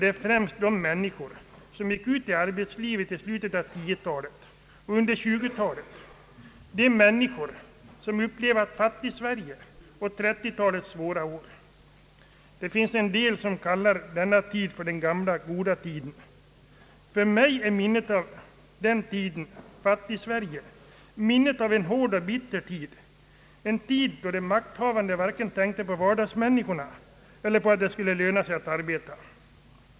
Det är främst de människor som gick ut i arbetslivet i slutet av 1910-talet och under 1920-talet, de människor som upplevat fattigsverige och 1930-talets svåra år. Det finns en del som kallar den tiden den gamla goda tiden. För mig är minnet av den tidens fattigsverige minnet av en hård och bitter tid, en tid då de makthavande varken tänkte på vardagsmänniskorna eller på att det skulle löna sig att arbeta.